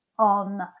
on